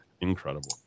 incredible